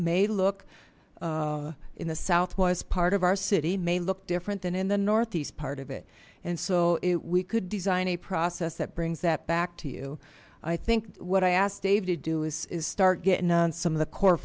may look in the southwest part of our city may look different than in the northeast part of it and so it we could design a process that brings that back to you i think what i asked dave to do is is start getting on some of the core